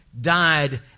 died